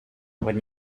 when